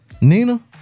Nina